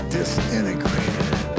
disintegrated